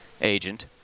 Agent